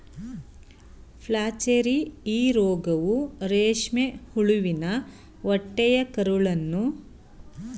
flacherie ಈ ರೋಗವು ರೇಷ್ಮೆ ಹುಳುವಿನ ಹೊಟ್ಟೆಯ ಕರುಳನ್ನು ಕತ್ತರಿಸಿ ಹುಳು ಕಂದುಬಣ್ಣಕ್ಕೆ ತಿರುಗುವಂತೆ ಮಾಡತ್ತದೆ